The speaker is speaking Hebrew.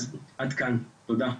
עד כאן, תודה.